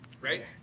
right